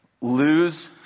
lose